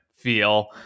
feel